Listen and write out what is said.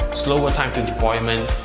slower time to deployment,